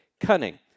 Cunning